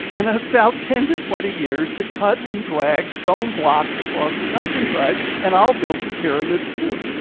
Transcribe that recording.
and about ten to twenty years to cut and drag stone blocks across the countryside, and i'll build you pyramids too.